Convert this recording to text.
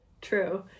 True